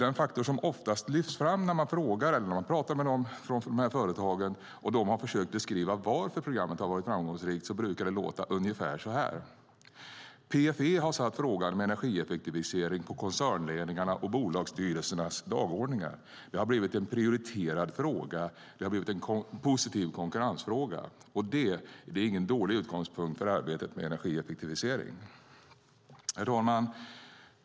Pratar man med företagen låter det ungefär så här när de beskriver varför programmet har varit framgångsrikt: PFE har satt frågan om energieffektivisering på koncernledningarnas och bolagsstyrelsernas dagordningar. Det har blivit en prioriterad fråga, en positiv konkurrensfråga. Det är ingen dålig utgångspunkt för arbetet med energieffektivisering! Herr talman!